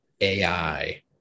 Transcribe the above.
AI